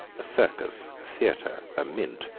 a circus theatre, a mint,